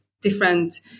different